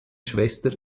schwester